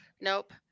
Nope